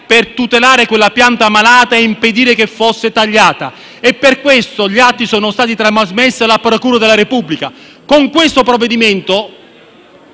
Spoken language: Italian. per tutelare quella pianta malata e impedire che fosse tagliata; per questo gli atti sono stati trasmessi alla procura della Repubblica. Con questo provvedimento